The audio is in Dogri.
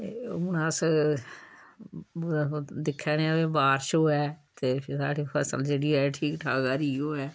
ते हून अस दिक्खा दे आं भाई बारश होऐ ते फिर साढ़ी फसल जेह्ड़ी ऐ ठीक ठाक हरी होऐ